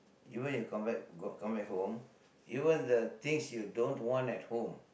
even if come back got come back home even the things you don't want at home